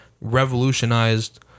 revolutionized